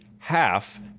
half